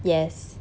yes